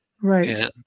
Right